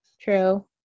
True